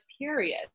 period